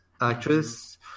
actress